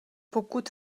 pokud